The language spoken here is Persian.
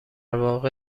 واقع